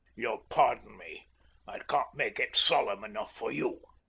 ye'll pardon me i can't make it solemn enough for you.